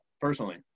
personally